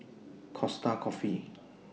Costa Coffee